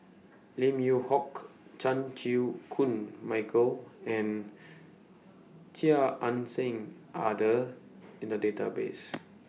Lim Yew Hock Chan Chew Koon Michael and Chia Ann Siang Are The in The Database